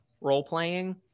role-playing